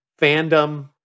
fandom